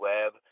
Web